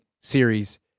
series